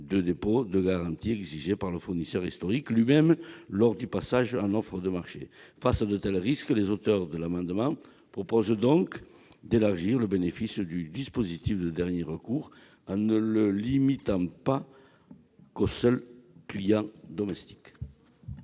de dépôt de garantie exigé par le fournisseur historique lui-même lors du passage en offre de marché. Face à de tels risques, nous proposons d'élargir le bénéfice du dispositif de dernier recours, en ne le limitant pas aux seuls clients domestiques.